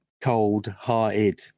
cold-hearted